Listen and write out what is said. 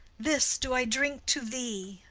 this do i drink to thee.